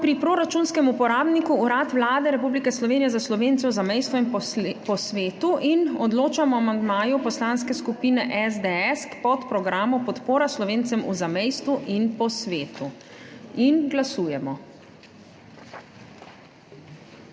pri proračunskem uporabniku Urad Vlade Republike Slovenije za Slovence v zamejstvu in po svetu in odločamo o amandmaju Poslanske skupine SDS k podprogramu Podpora Slovencem v zamejstvu in po svetu. Glasujemo.